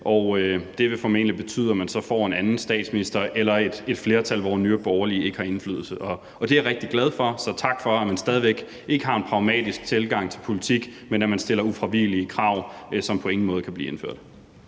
Det vil formentlig betyde, at vi får en anden statsminister eller et flertal, hvor Nye Borgerlige ikke har indflydelse. Det er jeg rigtig glad for, så tak for, at man stadig væk ikke har en pragmatisk tilgang til politik, men stiller ufravigelige krav, som på ingen måde kan blive indfriet.